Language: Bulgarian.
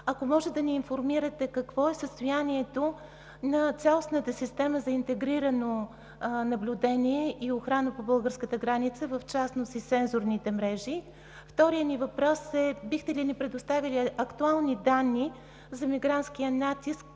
е: може ли да ни информирате какво е състоянието на цялостната система за интегрирано наблюдение и охрана по българската граница, в частност и сензорните мрежи? Вторият ни въпрос е: бихте ли ни предоставили актуални данни за мигрантския натиск